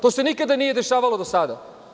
To se nikada nije dešavalo do sada.